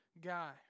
guy